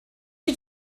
you